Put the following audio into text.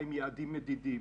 עבודה,